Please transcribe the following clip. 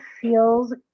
feels